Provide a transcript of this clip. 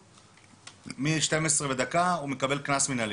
מרחוב, מ-12 ודקה הוא מקבל קנס מנהלי?